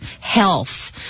health